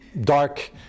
dark